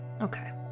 Okay